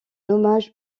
hommage